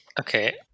Okay